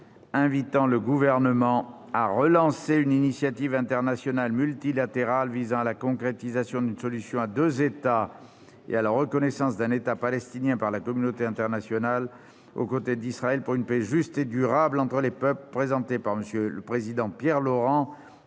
invitant le Gouvernement à relancer une initiative internationale multilatérale visant à la concrétisation d'une solution à deux États et à la reconnaissance d'un État palestinien par la communauté internationale, aux côtés d'Israël pour une paix juste et durable entre les peuples, présentée, en application de l'article